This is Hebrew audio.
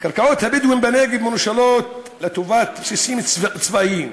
קרקעות הבדואים בנגב מנושלות לטובת בסיסים צבאיים,